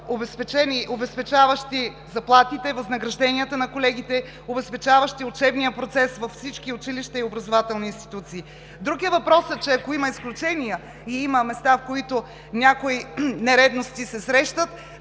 обезпечаващи заплатите, възнагражденията на колегите, обезпечаващи учебния процес във всички училища и образователни институции. Друг е въпросът, че ако има изключения и има места, в които някои нередности се срещат,